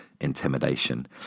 intimidation